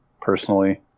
personally